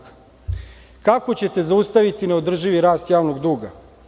Kako ćete zaustaviti neodrživi rast javnog duga?